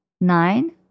nine